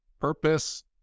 Purpose